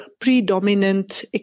predominant